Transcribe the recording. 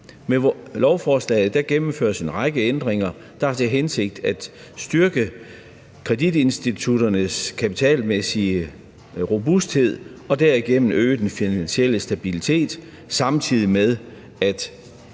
Med lovforslaget gennemføres en række ændringer, der har til hensigt at styrke kreditinstitutternes kapitalmæssige robusthed og derigennem øge den finansielle stabilitet, samtidig med at